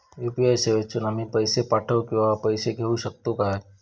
UPI सेवेतून आम्ही पैसे पाठव किंवा पैसे घेऊ शकतू काय?